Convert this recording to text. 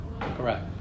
Correct